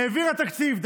העבירה תקציב,